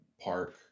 Park